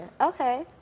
Okay